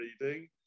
reading